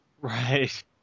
Right